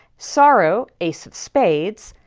sorrow ace of spades,